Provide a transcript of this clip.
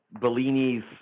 Bellini's